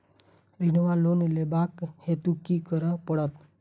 ऋण वा लोन लेबाक हेतु की करऽ पड़त?